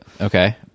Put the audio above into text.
okay